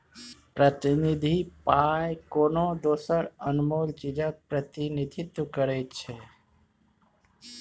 प्रतिनिधि पाइ कोनो दोसर अनमोल चीजक प्रतिनिधित्व करै छै